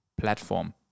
platform